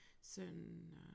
certain